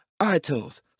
iTunes